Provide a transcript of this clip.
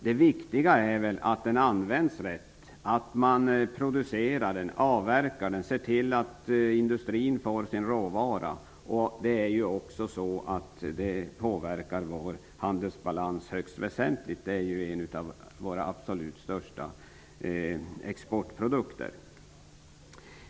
Det viktiga är att den används rätt, att man producerar den, avverkar den och ser till att industrin får sin råvara. Det påverkar också vår handelsbalans högst väsentligt. Detta är en av våra absolut största exportprodukter.